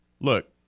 look